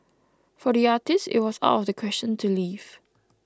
for the artist it was out of the question to leave